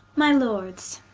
my lords,